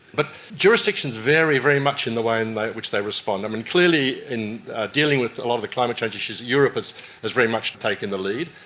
but jurisdictions vary very much in the way in like which they respond. um and clearly in dealing with a lot of the climate change issues, europe has has very much taken the lead.